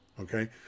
Okay